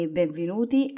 benvenuti